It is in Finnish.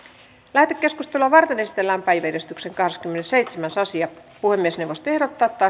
lähetekeskustelua varten esitellään päiväjärjestyksen kahdeskymmenesseitsemäs asia puhemiesneuvosto ehdottaa että